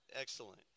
excellent